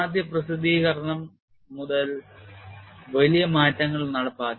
ആദ്യ പ്രസിദ്ധീകരണം മുതൽ വലിയ മാറ്റങ്ങൾ നടപ്പാക്കി